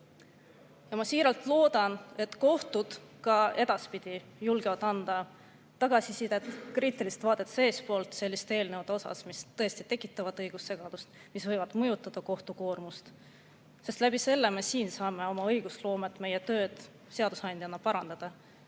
Ja ma siiralt loodan, et kohtud ka edaspidi julgevad anda tagasisidet, kriitilist vaadet seestpoolt selliste eelnõude kohta, mis tõesti tekitavad õigussegadust, mis võivad mõjutada kohtu koormust, sest läbi selle me siin saame oma õigusloomet, meie tööd seadusandjana parandada.